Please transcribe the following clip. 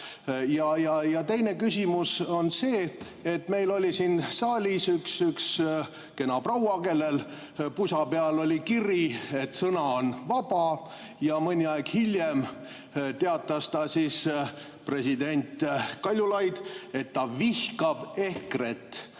Teine küsimus on see. Meil oli siin saalis üks kena proua, kelle pusa peal oli kiri "Sõna on vaba", ja mõni aeg hiljem teatas ta, president Kaljulaid, et ta vihkab EKRE-t.